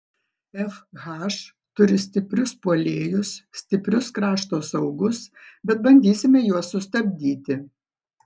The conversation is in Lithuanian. fh turi stiprius puolėjus stiprius krašto saugus bet bandysime juos sustabdyti